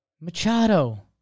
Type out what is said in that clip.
Machado